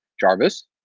Jarvis